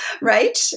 right